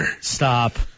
Stop